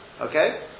Okay